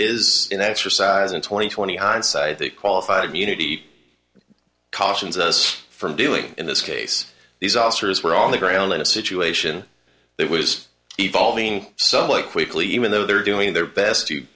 is an exercise in twenty twenty hindsight they qualified immunity cautions us from doing in this case these officers were on the ground in a situation that was evolving so quickly even though they were doing their best